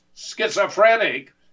schizophrenic